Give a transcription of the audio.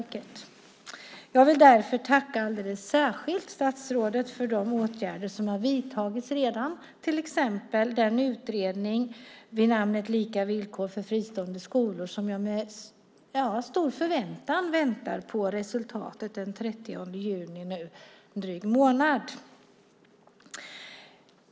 Jag vill därför tacka statsrådet alldeles särskilt för de åtgärder som har vidtagits redan, till exempel den utredning med namnet Lika villkor för fristående skolor som jag med stor förväntan väntar på resultat av den 30 juni, om en dryg månad.